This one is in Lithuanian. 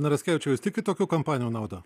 na raskevičiau jūs tikit tokių kampanijų nauda